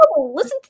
Listen